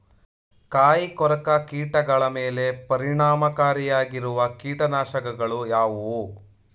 ಕಾಯಿಕೊರಕ ಕೀಟಗಳ ಮೇಲೆ ಪರಿಣಾಮಕಾರಿಯಾಗಿರುವ ಕೀಟನಾಶಗಳು ಯಾವುವು?